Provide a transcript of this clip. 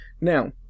Now